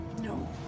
No